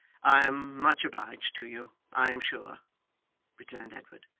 i am much obliged to you, i am sure returned edward.